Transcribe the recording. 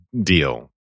deal